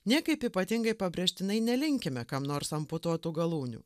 niekaip ypatingai pabrėžtinai nelinkime kam nors amputuotų galūnių